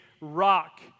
rock